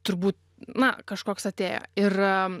turbūt na kažkoks atėjo ir